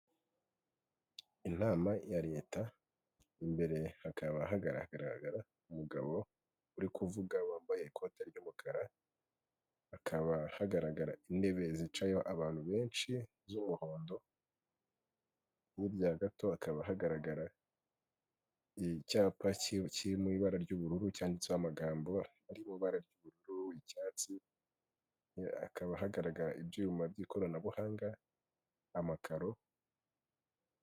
Inama ya Leta, imbere hakaba hagaragara umugabo uri kuvuga wambaye ikoti ry'umukara, hakaba hagaragara intebe zicayeho abantu benshi z'umuhondo, hirya gato hakaba hagaragara icyapa kiri mu ibara ry'ubururu cyanditseho amagambo ari ibara ry'ubururu, icyatsi, hakaba hagaragara ibyuma by'ikoranabuhanga, amakaro...